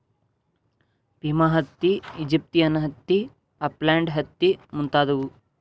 Pima ಹತ್ತಿ, Egyptian ಹತ್ತಿ, upland ಹತ್ತಿ ಮುಂತಾದವು